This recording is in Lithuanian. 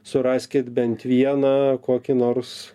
suraskit bent vieną kokį nors